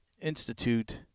institute